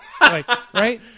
Right